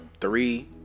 three